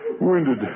Winded